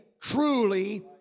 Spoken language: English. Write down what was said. truly